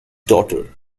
daughter